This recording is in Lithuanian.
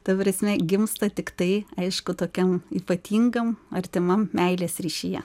ta prasme gimsta tiktai aišku tokiam ypatingam artimam meilės ryšyje